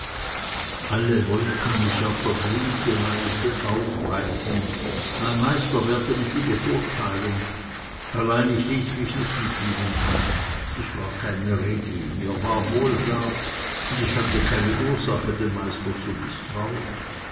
alle wollten mich auf verblümte weise aufweisen mein meister werde mich übervorteilen allein ich ließ mich nicht mit ihnen ein ich war kein redi mir war wohl da und ich hatte keine ursache dem meister zu mißtrauen